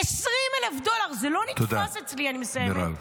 20,000 דולר, זה לא נתפס אצלי -- תודה, מירב.